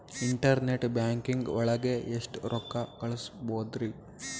Internet banking ಒಳಗೆ ಎಷ್ಟ್ ರೊಕ್ಕ ಕಲ್ಸ್ಬೋದ್ ರಿ?